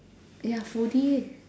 ya forty eight